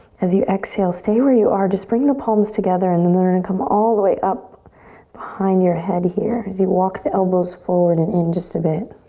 as you exhale, stay where you are, just bring the palms together and then they're gonna come all the way up behind your head here as you walk the elbows forward and in just a bit.